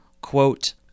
quote